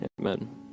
amen